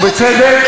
ובצדק,